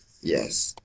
yes